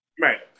Right